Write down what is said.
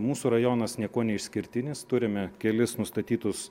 mūsų rajonas niekuo neišskirtinis turime kelis nustatytus